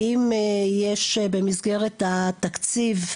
האם יש במסגרת התקציב,